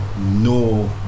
no